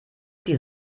die